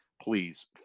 please